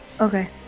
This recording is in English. Okay